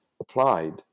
applied